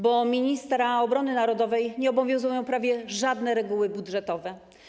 Bo ministra obrony narodowej nie obowiązują prawie żadne reguły budżetowe.